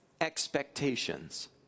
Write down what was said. expectations